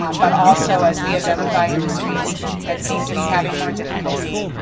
um but also as we identify industries that seem to be having more difficulty,